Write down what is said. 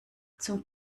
zum